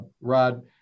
Rod